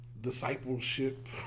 discipleship